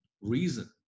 reason